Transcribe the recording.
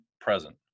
present